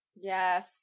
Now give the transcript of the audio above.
yes